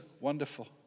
wonderful